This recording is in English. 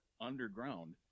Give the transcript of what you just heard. underground